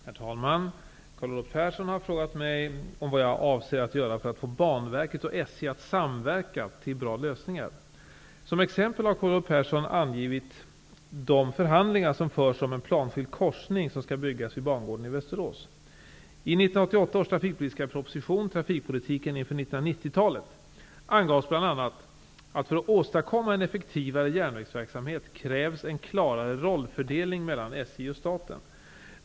Herr talman! Carl Olov Persson har frågat mig om vad jag avser att göra för att få Banverket och SJ att samverka till bra lösningar. Som exempel har Carl Olov Persson angivit de förhandlingar som förs om en planskild korsning som skall byggas vid bangården i Västerås. ''Trafikpolitiken inför 1990-talet'' angavs bl.a. att för att åstadkomma en effektivare järnvägsverksamhet krävs en klarare rollfördelning mellan SJ och staten.